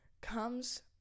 comes